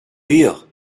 rire